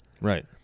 Right